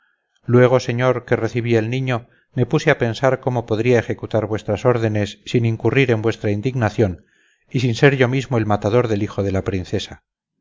luego señor que recibí el niño me puse a pensar cómo podría ejecutar vuestras órdenes sin incurrir en vuestra indignación y sin ser yo mismo el matador del hijo de la princesa